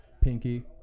Pinky